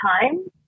time